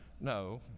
No